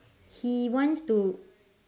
he wants to